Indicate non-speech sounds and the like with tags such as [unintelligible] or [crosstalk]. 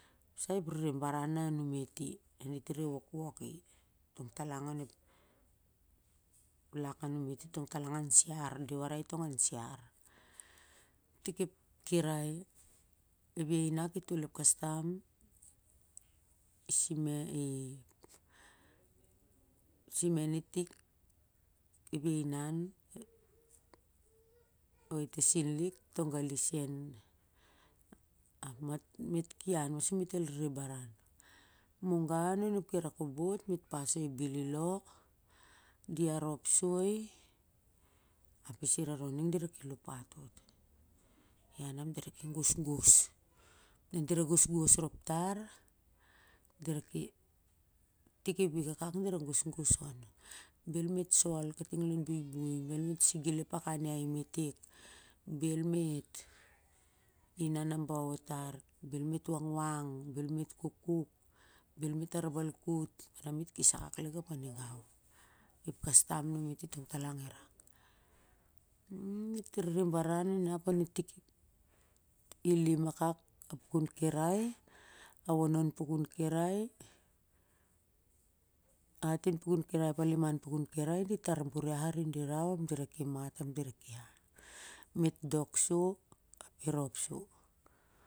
sah ep rere baran a numet i na met rere wokwok i tong talang an lak a numeti tongtalang an siar di warai tong talang an siar. Tik ep kirai ep lainak i tol ep kastam i simen i simen tik ep aianan o e tasinlik toga li sen ap mit ki an ma sep rere barah mugai onep kirai kobot mit pas ep bililo di arop soi ap e siraron ning di ra ki lupat ot ian ap dira ki gosgos na dira gosgos rop tar dira ki, i tik ep week akak dira gosgos on bel mit sol kating a lon buibui bel mit sigil ep patan iai metek bel mit inan nabaot tar bel mit wakwak bel mit kukuk bel mit arbalkut mit kes akak lik ap a nigau ep kastam a numit i rak, mit rere baran on i tik aka, i lim akak a pukun kirai ah liman pukun kirai [unintelligible] di tar buriah arin dirau ap diva kimat ap dira ki an, mit dok solo ap i rop sah.